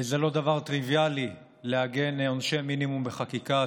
זה לא דבר טריוויאלי לעגן עונשי מינימום בחקיקה.